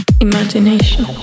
Imagination